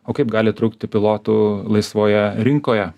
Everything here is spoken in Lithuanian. o kaip gali trūkti pilotų laisvoje rinkoje